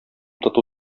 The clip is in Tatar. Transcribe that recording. тоту